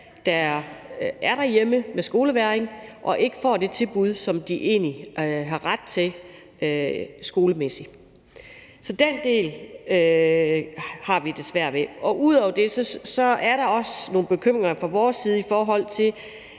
der er derhjemme med skolevægring, og at de får de tilbud, som de egentlig har ret til, skolemæssigt? Så den del har vi det svært med. Ud over det er der også nogle bekymringer fra vores side, i forhold til